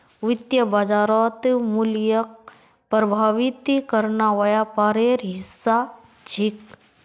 वित्तीय बाजारत मूल्यक प्रभावित करना व्यापारेर हिस्सा छिके